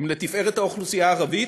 הם לתפארת האוכלוסייה הערבית,